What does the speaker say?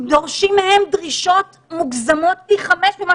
דורשים מהם דרישות מוגזמות פי חמישה ממה